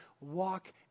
walk